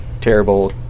terrible